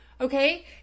okay